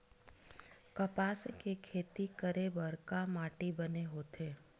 कपास के खेती करे बर का माटी बने होथे?